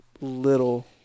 little